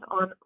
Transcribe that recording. on